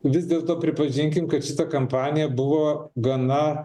vis dėlto pripažinkim kad šita kampanija buvo gana